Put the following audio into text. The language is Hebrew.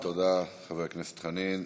תודה, חבר הכנסת חנין.